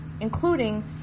including